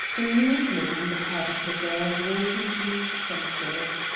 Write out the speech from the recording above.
a movement on the part of the girl brought him to his senses.